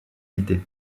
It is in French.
égalité